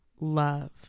love